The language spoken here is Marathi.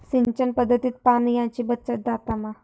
सिंचन पध्दतीत पाणयाची बचत जाता मा?